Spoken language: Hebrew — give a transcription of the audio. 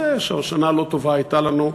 שזה שנה לא טובה שהייתה לנו,